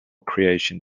creation